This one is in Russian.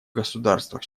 государствах